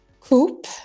Coop